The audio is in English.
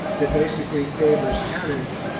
that basically favors tenants,